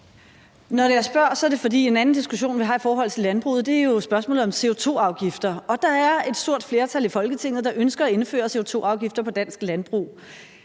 Når jeg spørger, er det, fordi en anden diskussion, vi har i forhold til landbruget, jo er spørgsmålet om CO2-afgifter, og der er et stort flertal i Folketinget, der ønsker at indføre CO2-afgifter på dansk landbrug.